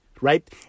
right